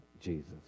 Jesus